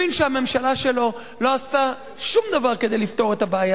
הבין שהממשלה שלו לא עשתה שום דבר כדי לפתור את הבעיה